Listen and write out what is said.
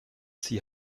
see